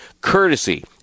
courtesy